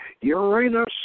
Uranus